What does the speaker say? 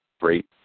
great